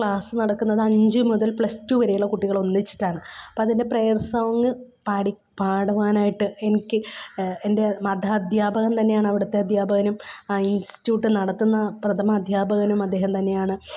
class നടക്കുന്നത് അഞ്ച് മുതൽ പ്ലസ് ടു വരെയുള്ള കുട്ടികൾ ഒന്നിച്ചിട്ടാണ് അപ്പോൾ അതിൻ്റെ പ്രയർ സോങ് പാടി പാടുവാനായിട്ട് എനിക്ക് എൻ്റെ മത അധ്യാപകൻ തന്നെയാണ് അവിടുത്തെ അധ്യാപകനും ആ ഇൻസ്റ്റിറ്റ്യൂട്ട് നടത്തുന്ന പ്രഥമ അധ്യാപകനും അദ്ദേഹം തന്നെയാണ്